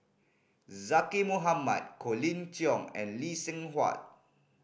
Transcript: Zaqy Mohamad Colin Cheong and Lee Seng Huat